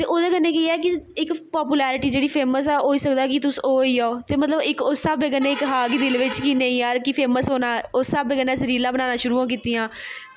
ते ओह्दे कन्नै केह् ऐ कि इक पापुलैर्टी जेह्ड़ी फेमस ऐ होई सकदा ऐ कि तुस ओह् होई जाओ ते मतलब इक उस स्हाबै कन्नै इक हा कि दिल बिच्च कि नेईं यार कि फेमस होना उस स्हाबै कन्नै असें रीलां बनाना शुरू ओह् कीतियां